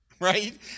right